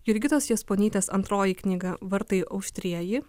jurgitos jasponytės antroji knyga vartai auštrieji